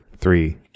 Three